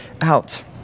out